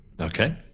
Okay